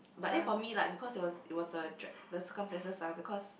but then for me like because it was it was a dr~ the circumstances ah because